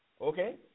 okay